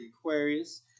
aquarius